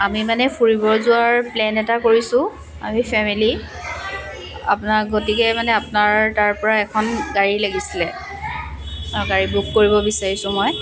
আমি মানে ফুৰিব যোৱাৰ প্লেন এটা কৰিছোঁ আমি ফেমিলী আপোনাৰ গতিকে মানে আপোনাৰ তাৰ পৰা এখন গাড়ী লাগিছিলে অঁ গাড়ী বুক কৰিব বিচাৰিছোঁ মই